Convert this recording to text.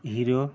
hero